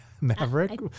Maverick